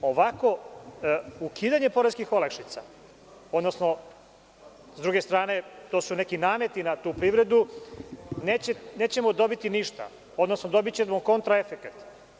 Ovako, ukidanje poreskih olakšica, odnosno, s druge strane to su neki nameti na tu privredu, nećemo dobiti ništa, odnosno dobićemo kontraefekat.